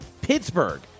Pittsburgh